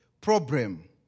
problem